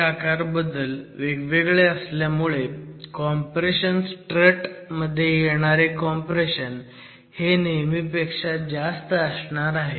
हे आकारबदल वेगवेगळे असल्यामुळे कॉम्प्रेशन स्ट्रट मध्ये येणारे कॉम्प्रेशन हे नेहमीपेक्षा जास्त असणार आहे